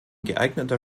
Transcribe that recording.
geeigneter